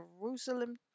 Jerusalem